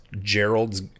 Gerald's